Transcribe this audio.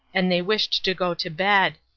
and they wished to go to bed.